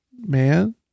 man